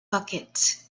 bucket